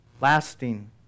Lasting